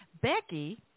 Becky